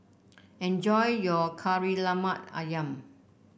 enjoy your Kari Lemak ayam